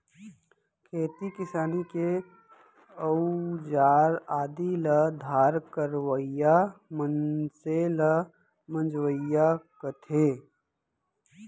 खेती किसानी के अउजार आदि ल धार करवइया मनसे ल मंजवइया कथें